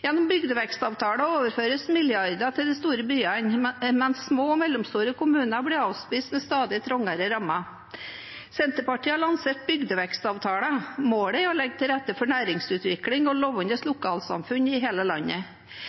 Gjennom byvekstavtaler overføres milliarder til de store byene, men små og mellomstore kommuner blir avspist med stadig trangere rammer. Senterpartiet har lansert bygdevekstavtaler. Målet er å legge til rette for næringsutvikling og levende lokalsamfunn i hele landet.